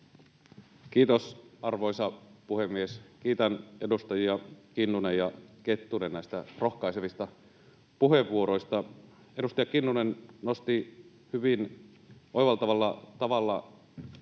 Kiitos, arvoisa puhemies! Kiitän edustajia Kinnunen ja Kettunen rohkaisevista puheenvuoroista. Edustaja Kinnunen nosti hyvin oivaltavalla tavalla